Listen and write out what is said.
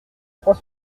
trois